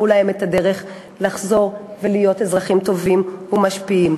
להם את הדרך לחזור ולהיות אזרחים טובים ומשפיעים.